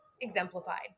exemplified